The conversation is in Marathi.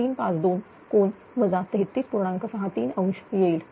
63° येईल